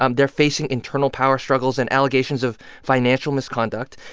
um they're facing internal power struggles and allegations of financial misconduct,